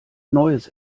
neues